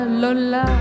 Lola